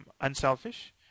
unselfish